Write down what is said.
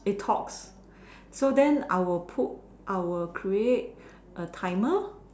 it talks so then I will put I will create a timer